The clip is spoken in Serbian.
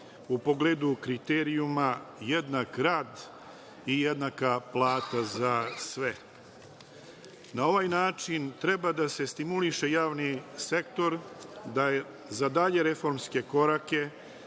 u pogledu kriterijuma – jednak rad i jednaka plata za sve. Na ovaj način treba da se stimuliše javni sektor za dalje reformske korake